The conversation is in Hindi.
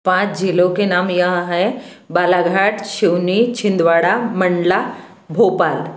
पाँच जिलों के नाम यह हैं बालाघाट शिवनी छिंदवाड़ा मंडला भोपाल